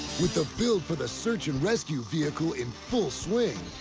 with the build for the search and rescue vehicle in full swing,